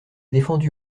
défendu